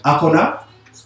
Akona